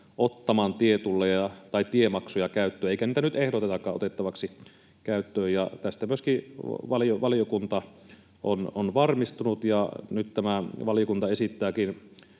ottamaan tietulleja tai tiemaksuja käyttöön, eikä niitä nyt ehdotetakaan otettavaksi käyttöön. Tästä valiokunta on myöskin varmistunut, ja nyt tämä valiokunta puoltaa